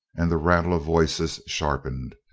and the rattle of voices sharpened,